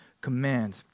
command